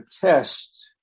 test